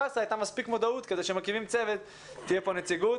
הייתה מספיק מודעות כדי שמקימים צוות ותהיה פה נציגות.